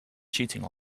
cheating